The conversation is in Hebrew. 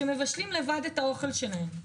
שמבשלים לבד את האוכל שלהם,